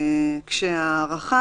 איפה פה ועדת החוקה?